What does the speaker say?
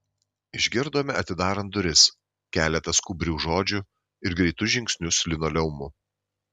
išgirdome atidarant duris keletą skubrių žodžių ir greitus žingsnius linoleumu